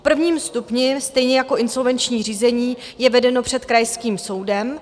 V prvním stupni, stejně jako insolvenční řízení, je vedeno před krajským soudem.